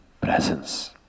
presence